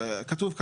כתוב: